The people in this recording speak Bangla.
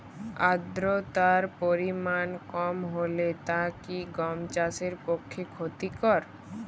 আর্দতার পরিমাণ কম হলে তা কি গম চাষের পক্ষে ক্ষতিকর?